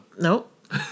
Nope